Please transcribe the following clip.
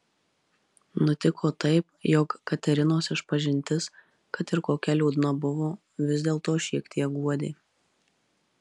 nutiko taip jog katerinos išpažintis kad ir kokia liūdna buvo vis dėlto šiek tiek guodė